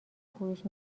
فروش